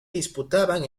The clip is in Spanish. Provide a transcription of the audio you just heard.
disputaban